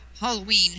Halloween